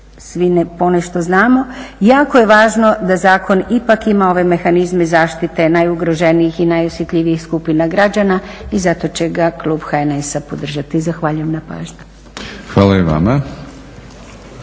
svi ponešto znamo, jako je važno da zakon ipak ima ove mehanizme zaštite najugroženijih i najosjetljivijih skupina građana i zato će ga klub HNS-a podržati. Zahvaljujem na pažnji. **Batinić,